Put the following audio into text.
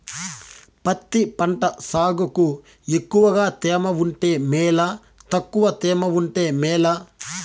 పత్తి పంట సాగుకు ఎక్కువగా తేమ ఉంటే మేలా తక్కువ తేమ ఉంటే మేలా?